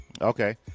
okay